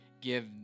give